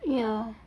ya